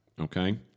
okay